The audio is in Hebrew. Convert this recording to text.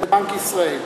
את בנק ישראל.